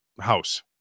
house